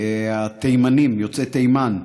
התימנים, יוצאי תימן,